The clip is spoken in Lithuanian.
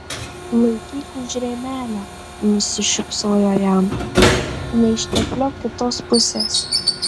laikyk už rėmelio nusišypsojo jam neištepliok kitos pusės